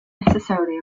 necessarily